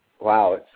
wow